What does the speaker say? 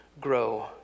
grow